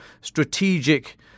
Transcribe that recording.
strategic